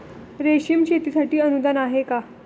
रेशीम शेतीसाठी अनुदान आहे का?